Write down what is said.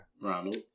Ronald